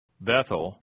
Bethel